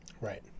Right